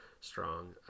strong